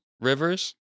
rivers